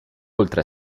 oltre